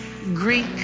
Greek